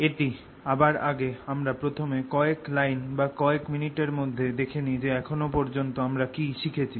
এটি করার আগে আমরা প্রথমে কয়েক লাইন বা কয়েক মিনিটের মধ্যে দেখে নি যে এখনও পর্যন্ত আমরা কী শিখেছি